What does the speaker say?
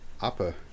upper